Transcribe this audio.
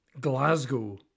Glasgow